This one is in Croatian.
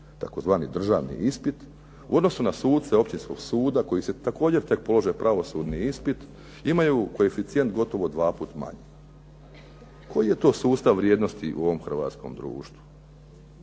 tzv. državni ispit u odnosu na suce Općinskog suda koji se također tek polože pravosudni ispit imaju koeficijent gotovo dva puta manji. Koji je to sustav vrijednosti u ovom hrvatskom društvu?